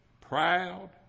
proud